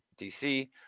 DC